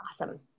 Awesome